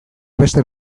beste